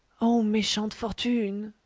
o meschante fortune,